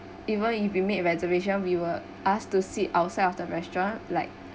even if we made reservation we were asked to sit outside of the restaurant like